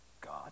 God